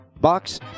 box